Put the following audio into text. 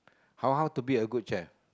how how to be a good chef